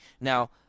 Now